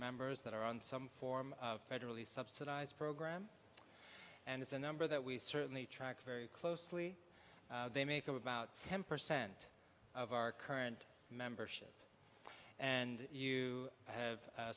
members that are on some form of federally subsidized program and it's a number that we certainly track very closely they make up about ten percent of our current membership and you have